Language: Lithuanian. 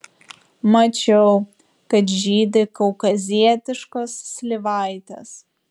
mačiau kad žydi kaukazietiškos slyvaitės